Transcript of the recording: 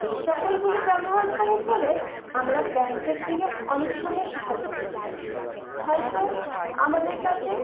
এ সকলগুলি ব্যবহার করার ফলে আমরা ব্যাঙ্কের থেকে অনেক সময় সাহায্য পেতে পারি হয়তো আমাদের কাছে